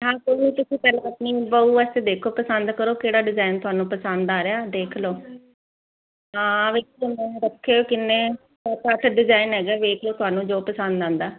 ਹਾਂ ਤੁਸੀਂ ਪਹਿਲਾਂ ਆਪਣੀ ਬਹੂ ਵਾਸਤੇ ਦੇਖ ਲੋ ਪਸੰਦ ਕਰੋ ਕਿਹੜਾ ਡਿਜ਼ਾਇਨ ਤੁਹਾਨੂੰ ਪਸੰਦ ਆ ਰਿਹਾ ਦੇਖ ਲਓ ਰੱਖਿਓ ਕਿੰਨੇ ਘੱਟ ਡਿਜ਼ਾਇਨ ਹੈਗੇ ਵੇਖ ਲੋ ਤੁਹਾਨੂੰ ਜੋ ਪਸੰਦ ਆਉਂਦਾ